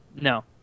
No